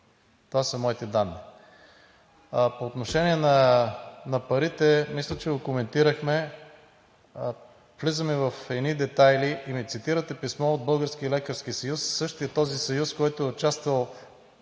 Това са моите данни. По отношение на парите, мисля, че го коментирахме, влизаме в едни детайли. Цитирате ми писмо от Българския лекарски съюз – същият този съюз, който е участвал